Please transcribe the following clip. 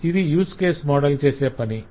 ఇది use case model చేసే పని